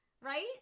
right